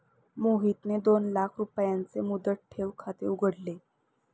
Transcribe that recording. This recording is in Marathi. मोहितने दोन लाख रुपयांचे मुदत ठेव खाते उघडले